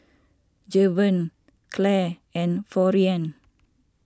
Javen Clair and Florian